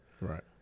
Right